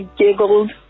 giggled